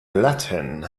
latin